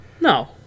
No